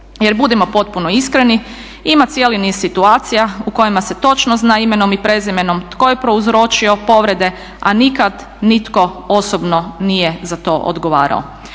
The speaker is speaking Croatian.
jer budimo potpuno iskreni, ima cijeli niz situacija u kojima se točno zna imenom i prezimenom tko je prouzročio povrede, a nikad nitko osobno nije za to odgovarao.